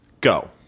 Go